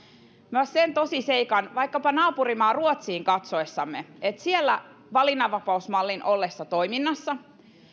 sen tosiseikan että vaikkapa naapurimaa ruotsiin katsoessamme siellä valinnanvapausmallin ollessa toiminnassa